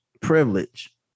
privilege